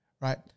Right